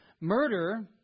murder